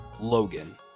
Logan